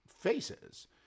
faces